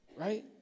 right